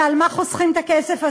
ועל מה חוסכים את הכסף הזה?